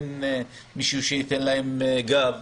אין מישהו שייתן להם גב.